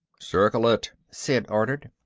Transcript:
circle it, sid ordered.